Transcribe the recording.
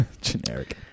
Generic